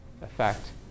effect